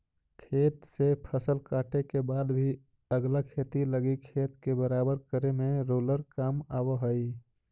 खेत से फसल काटे के बाद भी अगला खेती लगी खेत के बराबर करे में रोलर काम आवऽ हई